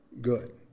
good